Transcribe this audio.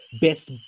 best